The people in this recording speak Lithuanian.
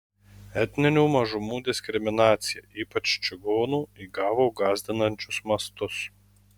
etninių mažumų diskriminacija ypač čigonų įgavo gąsdinančius mastus